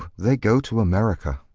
they go to america.